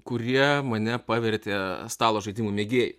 kurie mane pavertė stalo žaidimų mėgėju